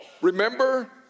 Remember